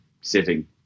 sitting